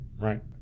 Right